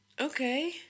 Okay